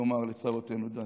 יאמר לצרותינו די.